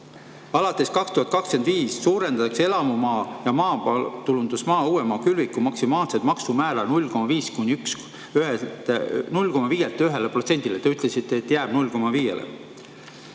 "Alates 2025 suurendatakse elamumaa ja maatulundusmaa õuemaa kõlviku maksimaalset maksumäära 0,5%-lt 1%-le ..." Te ütlesite, et jääb 0,5%-le.